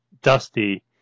Dusty